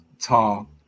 tall